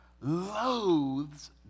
loathes